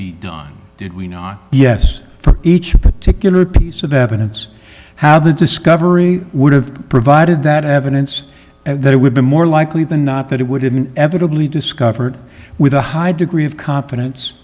be done did we not yes for each particular piece of evidence how the discovery would have provided that evidence that would be more likely than not that it would have been evidently discovered with a high degree of confidence